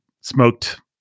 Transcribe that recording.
smoked